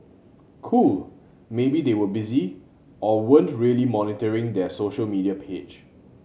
cool maybe they were busy or weren't really monitoring their social media page